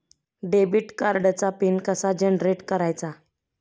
Debit कार्डचा PIN कसा generate करायचा?